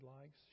likes